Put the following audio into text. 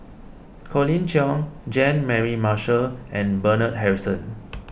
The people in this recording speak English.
Colin Cheong Jean Mary Marshall and Bernard Harrison